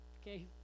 okay